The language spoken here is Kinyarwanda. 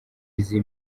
izi